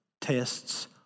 tests